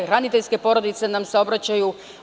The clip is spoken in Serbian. Hraniteljske porodice nam se obraćaju.